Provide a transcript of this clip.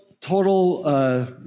total